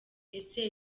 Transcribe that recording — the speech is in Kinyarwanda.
ese